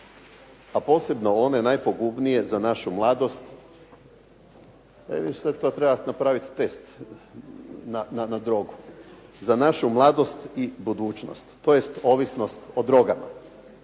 a posebno one najpogubnije za našu mladost. …/Govornik se ne razumije./… napraviti test na drogu. Za našu mladost i budućnost, tj. ovisnost o drogama.